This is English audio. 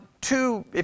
two